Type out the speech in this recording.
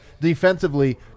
defensively